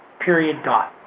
period dot.